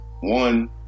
one